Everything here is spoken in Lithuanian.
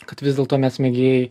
kad vis dėlto mes mėgėjai